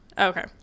okay